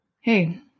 Hey